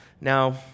Now